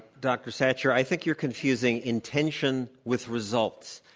dr. satcher, i think you're confusing intention with results.